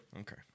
Okay